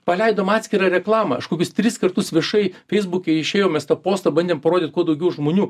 paleidom atskirą reklamą aš kokius tris kartus viešai feisbuke išėjom mes tą postą bandėm parodyt kuo daugiau žmonių